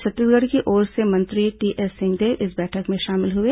छत्तीसगढ़ की ओर से मंत्री टीएस सिंहदेव इस बैठक में शामिल हुए